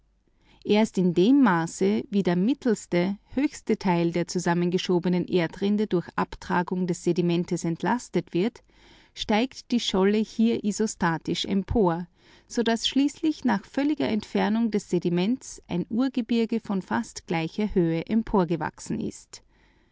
isostasie in dem maße wie der höchste mittelste teil des gebirges durch die abtragung der sedimente entlastet wird steigt die scholle hier wiederum isostatisch empor so daß schließlich nach völliger entfernung des sediments ein urgebirge von fast gleicher höhe emporgewachsen ist